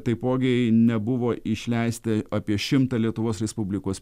taipogi nebuvo išleista apie šimtą lietuvos respublikos